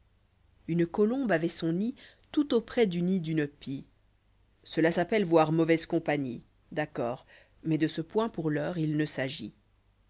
gqtiqmbjeune gqtiqmbjeune avoit son nid tout auprès du nid d'une pie cela s'appelle voir mauvaise compagnie d'accord mais de ce point pour l'heure il ne s'agit